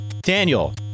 Daniel